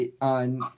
on